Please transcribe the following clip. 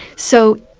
so,